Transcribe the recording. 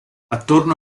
attorno